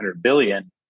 billion